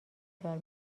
دچار